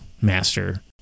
master